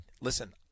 listen